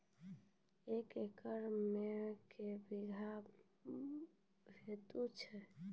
एक एकरऽ मे के बीघा हेतु छै?